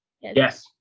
Yes